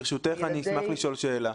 ברשותך אני אשמח לשאול שאלה.